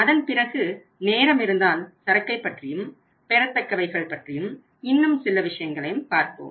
அதன் பிறகு நேரமிருந்தால் சரக்கை பற்றியும் பெறத்தக்கவைகள் பற்றியும் இன்னும் சில விஷயங்களை பார்ப்போம்